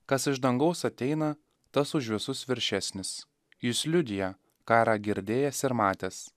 kas iš dangaus ateina tas už visus viršesnis jis liudija karą girdėjęs ir matęs